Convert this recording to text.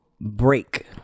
break